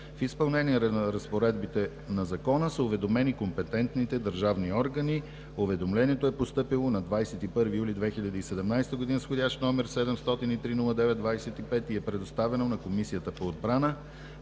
В изпълнение на разпоредбите на Закона са уведомени компетентните държавни органи. Уведомлението е постъпило на 21 юли 2017 г., вх. № 703-09-25, и е предоставено на Комисията по отбрана.